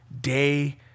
day